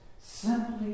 simply